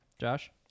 Josh